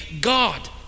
God